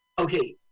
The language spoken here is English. Okay